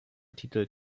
titel